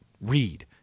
read